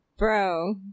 Bro